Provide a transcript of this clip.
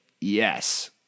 Yes